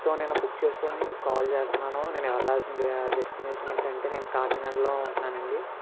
so నేను book చేసుకోవడానికి మీకు కాల్ చేస్తున్నాను నేను వెళ్లాల్సిన డెస్టినేషన్ ఏంటంటే నేను కాకినాడలో ఉంటునన్నానండి